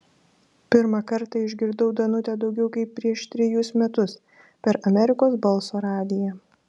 pirmą kartą išgirdau danutę daugiau kaip prieš trejus metus per amerikos balso radiją